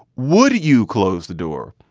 would you close the door,